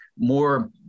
more